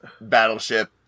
Battleship